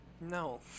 No